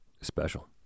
special